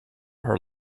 her